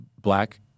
black